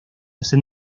hacen